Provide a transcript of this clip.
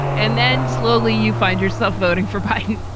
and then slowly you find yourself voting for pie.